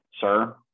sir